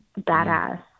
badass